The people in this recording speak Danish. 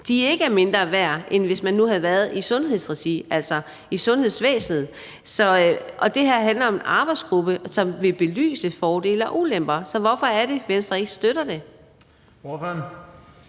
regi, ikke er mindre værd end borgerne i sundhedsregi, altså i sundhedsvæsenet. Og det her handler om en arbejdsgruppe, som vil belyse fordele og ulemper, så hvorfor er det, Venstre ikke støtter det?